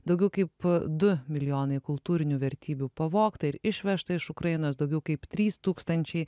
daugiau kaip du milijonai kultūrinių vertybių pavogta ir išvežta iš ukrainos daugiau kaip trys tūkstančiai